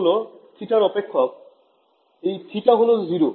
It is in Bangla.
হল θ এর অপেক্ষক এই θ হল 0